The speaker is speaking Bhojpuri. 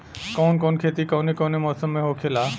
कवन कवन खेती कउने कउने मौसम में होखेला?